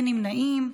אין נמנעים.